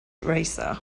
racer